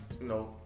No